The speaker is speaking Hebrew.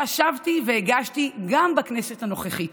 שאותה שבתי והגשתי גם בכנסת הנוכחית.